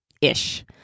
ish